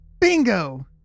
Bingo